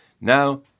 Now